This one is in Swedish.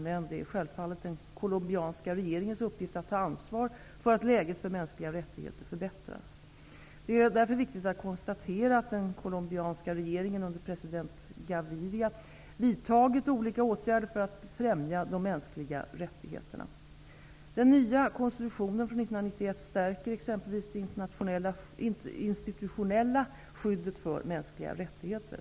Men det är självfallet den colombianska regeringens uppgift att ta ansvar för att läget för mänskliga rättigheter förbättras. Det är därför viktigt att konstatera att den colombianska regeringen under president Gaviria vidtagit olika åtgärder för att främja de mänskliga rättigheterna. Den nya konstitutionen från 1991 stärker exempelvis det institutionella skyddet för mänskliga rättigheter.